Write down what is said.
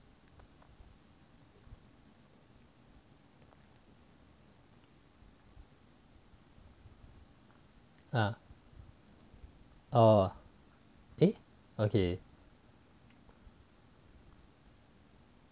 ah orh eh okay